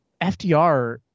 FDR